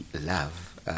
love